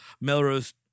melrose